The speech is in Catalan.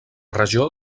regió